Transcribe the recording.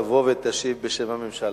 תבוא ותשיב בשם הממשלה.